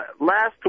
Last